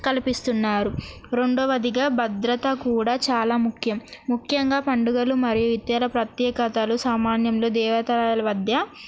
కల్పిస్తున్నారు రెండవదిగా భద్రత కూడా చాలా ముఖ్యం ముఖ్యంగా పండుగలు మరియు ఇతర ప్రత్యేకతలు సామాన్యంలో దేవతల మధ్య